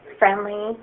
friendly